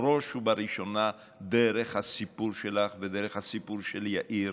בראש ובראשונה דרך הסיפור שלך ודרך הסיפור של יאיר